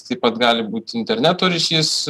taip pat gali būti interneto ryšys